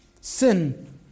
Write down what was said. Sin